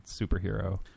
superhero